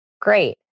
Great